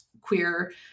queer